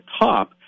top